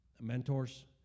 mentors